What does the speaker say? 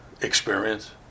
experience